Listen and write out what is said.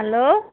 hello